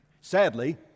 Sadly